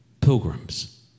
pilgrims